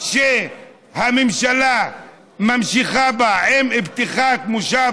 שהממשלה ממשיכה בה עם פתיחת מושב